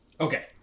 Okay